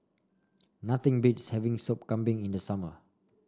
nothing beats having Soup Kambing in the summer